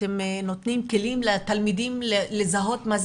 אתם נותנים כלים לתלמידים לזהות מה זה